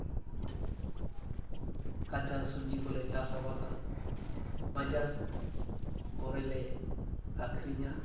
ᱠᱟᱸᱪᱟ ᱥᱚᱵᱡᱤ ᱠᱚᱞᱮ ᱪᱟᱥ ᱟᱵᱟᱫᱟ ᱵᱟᱡᱟᱨ ᱠᱮᱨᱮᱞᱮ ᱟᱠᱷᱨᱤᱧᱟ